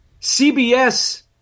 CBS